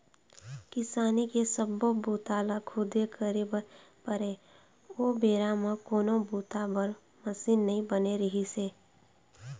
किसानी के सब्बो बूता ल खुदे करे बर परय ओ बेरा म कोनो बूता बर मसीन नइ बने रिहिस हे